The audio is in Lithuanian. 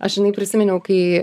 aš žinai prisiminiau kai